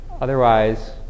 otherwise